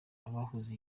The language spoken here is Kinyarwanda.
abahuza